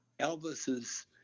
Elvis's